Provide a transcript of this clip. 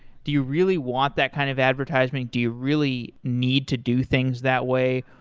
do you really want that kind of advertisement? do you really need to do things that way?